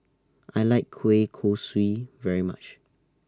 I like Kueh Kosui very much